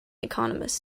economist